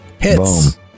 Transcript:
hits